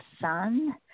Sun